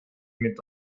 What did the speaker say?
mit